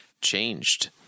changed